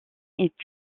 est